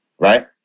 Right